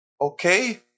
Okay